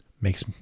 makes